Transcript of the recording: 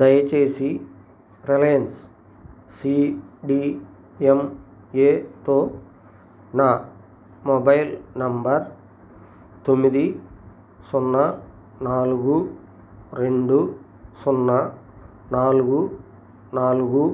దయచేసి Reliance C D M ఏతో నా మొబైల్ నంబర్ తొమ్మిది సున్నా నాలుగు రెండు సున్నా నాలుగు నాలుగు